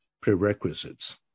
prerequisites